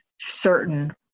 certain